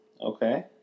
Okay